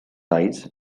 eyes